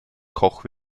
koch